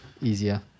Easier